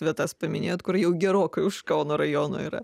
vietas paminėjot kur jau gerokai už kauno rajono yra